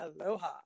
Aloha